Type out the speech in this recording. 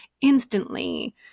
instantly